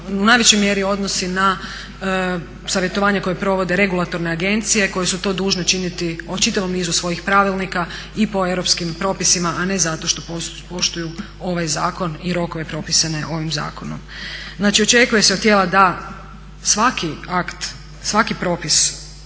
u najvećoj mjeri odnosi na savjetovanje koje provode regulatorne agencije koje su to dužne činiti o čitavom nizu svojih pravilnika i po europskim propisima, a ne zato što poštuju ovaj zakon i rokove propisane ovim zakonom. Znači očekuje se od tijela da svaki akt, svaki propis